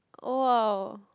!wow!